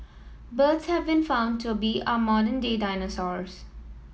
birds have been found to be our modern day dinosaurs